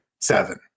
seven